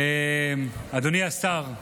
אדוני השר,